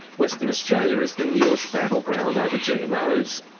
western australia is the newest battleground over gmos.